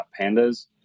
pandas